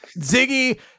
Ziggy